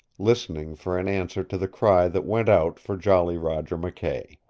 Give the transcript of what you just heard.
listening for an answer to the cry that went out for jolly roger mckay.